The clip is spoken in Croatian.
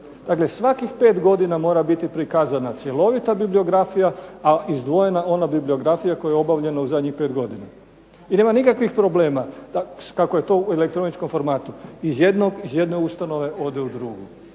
Dakle, svakih 5 godina mora biti prikazana cjelovita bibliografija, a izdvojena ona bibliografija koja je obavljena u zadnjih 5 godina. I nama nikakvih problema ako je to u elektroničkom formatu. Iz jedne ustanove ode u drugu.